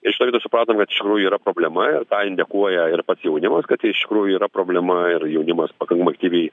iš karto supratom kad iš tikrųjų yra problema ir tą indikuoja ir pats jaunimas kad iš tikrųjų yra problema ir jaunimas pakankamai aktyviai